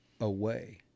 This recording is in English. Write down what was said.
away